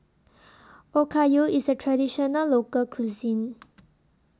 Okayu IS A Traditional Local Cuisine